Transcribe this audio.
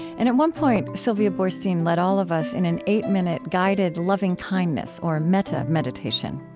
and at one point, sylvia boorstein led all of us in an eight-minute guided lovingkindness or metta meditation.